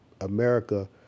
America